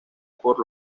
por